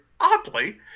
oddly